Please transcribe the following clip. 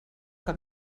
que